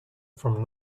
from